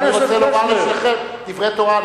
אני רוצה לומר לשניכם דברי תורה,